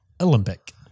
Olympic